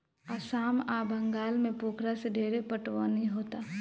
आसाम आ बंगाल में पोखरा से ढेरे पटवनी होता